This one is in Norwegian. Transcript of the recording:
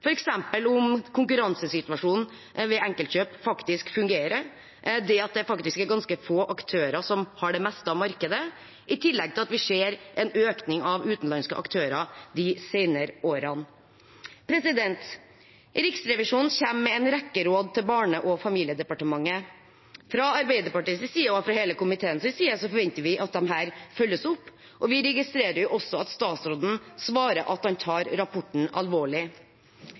om konkurransesituasjonen ved enkeltkjøp faktisk fungerer, at det er ganske få aktører som har det meste av markedet, i tillegg til at vi ser en økning av utenlandske aktører de senere årene. Riksrevisjonen kommer med en rekke råd til Barne- og familiedepartementet. Fra Arbeiderpartiets side og fra hele komiteens side forventer vi at disse følges opp, og vi registrerer også at statsråden svarer at han tar rapporten